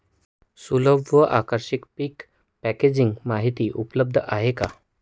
सुलभ व आकर्षक पीक पॅकेजिंग माहिती उपलब्ध आहे का?